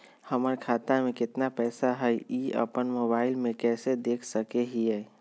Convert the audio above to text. हमर खाता में केतना पैसा हई, ई अपन मोबाईल में कैसे देख सके हियई?